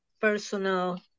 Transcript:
personal